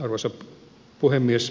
arvoisa puhemies